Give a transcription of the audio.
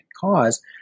cause